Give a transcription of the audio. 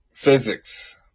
Physics